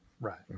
Right